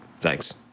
Thanks